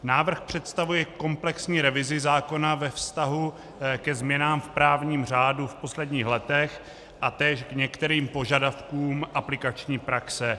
Návrh představuje komplexní revizi zákona ve vztahu ke změnám v právním řádu v posledních letech a též k některým požadavkům aplikační praxe.